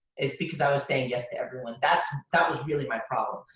it's because i was saying yes to everyone. that was really my problem.